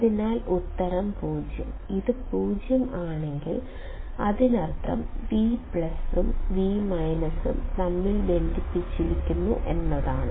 അതിനാൽ ഉത്തരം 0 ഇത് 0 ആണെങ്കിൽ അതിനർത്ഥം V ഉം V ഉം തമ്മിൽ ബന്ധിപ്പിച്ചിരിക്കുന്നു എന്നാണ്